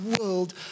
world